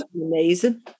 Amazing